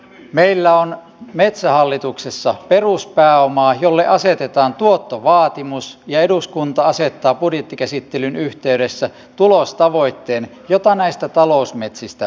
meillä on metsähallituksessa peruspääoma jolle asetetaan tuottovaatimus ja eduskunta asettaa budjettikäsittelyn yhteydessä tulostavoitteen jota näistä talousmetsistä haetaan